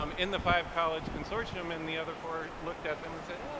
um in the five college consortium, and the other four looked at them and said,